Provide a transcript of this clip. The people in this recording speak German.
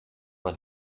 war